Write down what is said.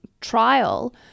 trial